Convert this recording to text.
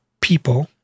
people